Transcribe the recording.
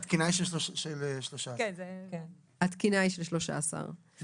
התקינה היא של 13. את